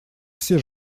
все